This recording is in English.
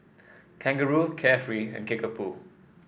Kangaroo Carefree and Kickapoo